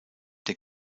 der